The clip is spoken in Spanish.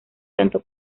tanto